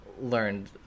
learned